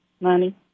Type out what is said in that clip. money